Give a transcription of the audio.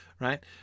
right